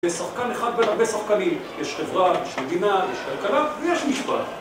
זה שחקן אחד בין הרבה שחקנים, יש חברה, יש מדינה, יש כלכלה ויש משפט.